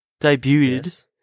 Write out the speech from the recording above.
debuted